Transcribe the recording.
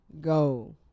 go